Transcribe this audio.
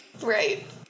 Right